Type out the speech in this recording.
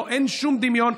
אין שום דמיון.